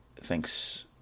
thinks